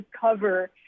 cover